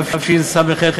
(תיקון מס' 9),